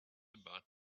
about